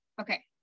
Okay